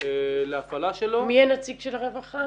להפעלה שלו -- מי הנציג של הרווחה?